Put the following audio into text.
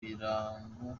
birango